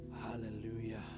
Hallelujah